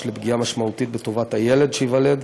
לפגיעה משמעותית בטובת הילד שייוולד,